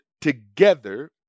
together